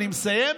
אני מסיים,